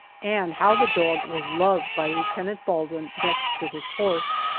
and how the dog was loved by lieutenant baldwin next to his horse.